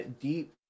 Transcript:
deep